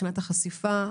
מבחינת החשיפה,